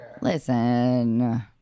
Listen